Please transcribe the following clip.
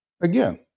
again